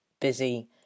busy